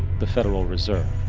the federal reserve.